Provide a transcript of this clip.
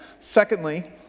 secondly